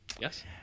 Yes